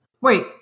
wait